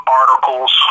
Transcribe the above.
articles